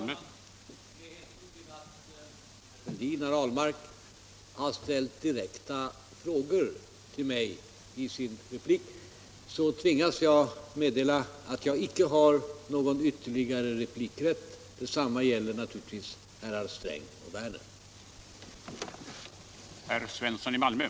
sina repliker har ställt direkta frågor till mig tvingas jag meddela att jag inte har någon ytterligare replikrätt. Detsamma gäller naturligtvis herr Sträng och herr Werner.